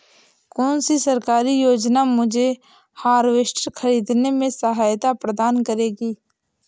कौन सी सरकारी योजना मुझे हार्वेस्टर ख़रीदने में सहायता प्रदान करेगी?